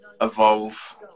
evolve